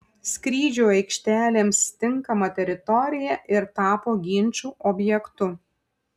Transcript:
skrydžių aikštelėms tinkama teritorija ir tapo ginčų objektu